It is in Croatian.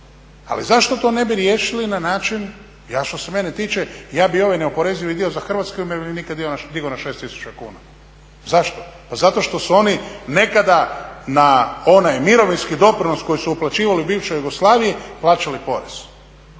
Ali zašto to ne bi riješili na način, što se mene tiče ja bi i ovaj neoporezivi dio za hrvatske umirovljenike digao na 6000 kuna. Zašto, pa zato što oni nekada na onaj mirovinski doprinos koji su uplaćivali u bivšoj Jugoslaviji plaćali porez.